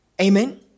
Amen